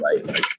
Right